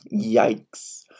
Yikes